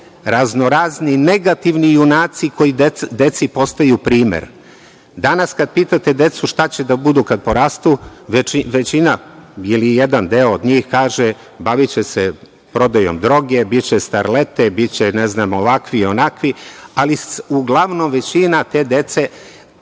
raznorazni negativni junaci koji deci postaju primer. Danas kada pitate decu šta će da budu kada porastu, većina ili jedan deo njih kaže da će se baviti prodajom droge, biće starlete, biće ovakvi, onakvi, ali uglavnom većina te dece